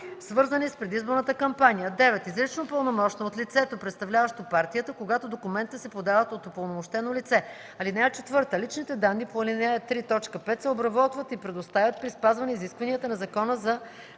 свързани с предизборната кампания; 9. изрично пълномощно от лицето, представляващо партията, когато документите се подават от упълномощено лице. (4) Личните данни по ал. 3, т. 5 се обработват и предоставят при спазване изискванията на Закона за